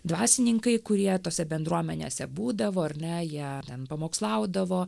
dvasininkai kurie tose bendruomenėse būdavo ar ne jie ten pamokslaudavo